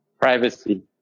Privacy